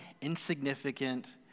insignificant